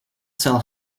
sell